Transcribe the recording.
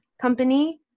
company